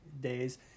days